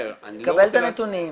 תקבל את הנתונים -- בסדר,